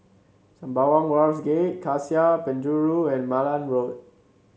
Sembawang Wharves Gate Cassia Penjuru and Malan Road